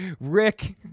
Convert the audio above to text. Rick